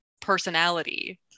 personality